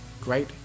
great